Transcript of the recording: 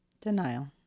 Denial